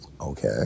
Okay